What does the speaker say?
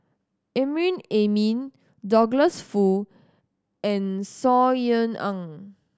Amrin Amin Douglas Foo and Saw Ean Ang